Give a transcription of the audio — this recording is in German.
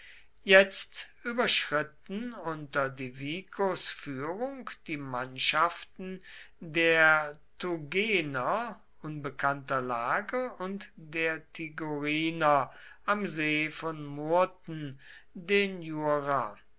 jetzt überschritten unter divicos führung die mannschaften der tougener unbekannter lage und der tigoriner am see von murten den jura